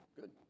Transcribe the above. good